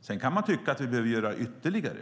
Sedan kan man tycka att vi behöver göra ytterligare.